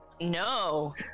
No